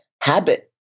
habit